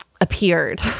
appeared